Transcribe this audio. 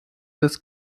des